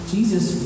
Jesus